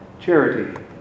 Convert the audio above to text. charity